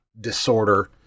Disorder